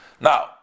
Now